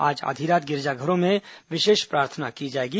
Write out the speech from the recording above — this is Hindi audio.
आज आधी रात गिरिजाघरों में विशेष प्रार्थना की जाएगी